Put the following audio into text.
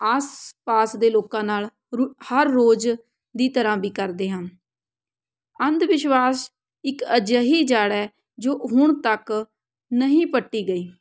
ਆਸ ਪਾਸ ਦੇ ਲੋਕਾਂ ਨਾਲ ਰੁ ਹਰ ਰੋਜ਼ ਦੀ ਤਰ੍ਹਾਂ ਵੀ ਕਰਦੇ ਹਾਂ ਅੰਧ ਵਿਸ਼ਵਾਸ ਇੱਕ ਅਜਿਹੀ ਜੜ੍ਹ ਹੈ ਜੋ ਹੁਣ ਤੱਕ ਨਹੀਂ ਪੱਟੀ ਗਈ